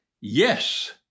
yes